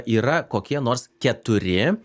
yra kokie nors keturi